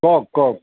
কওক কওক